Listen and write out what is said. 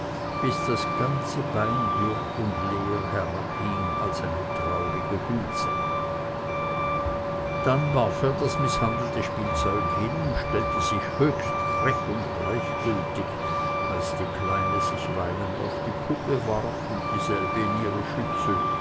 bis das ganze bein dürr und leer herabhing als eine traurige hülse dann warf er das mißhandelte spielzeug hin und stellte sich höchst frech und gleichgültig als die kleine sich weinend auf die puppe warf und dieselbe in ihre schürze